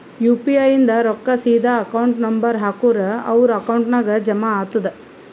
you P I ಇಂದ್ ರೊಕ್ಕಾ ಸೀದಾ ಅಕೌಂಟ್ ನಂಬರ್ ಹಾಕೂರ್ ಅವ್ರ ಅಕೌಂಟ್ ನಾಗ್ ಜಮಾ ಆತುದ್